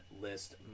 list